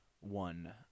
one